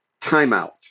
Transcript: timeout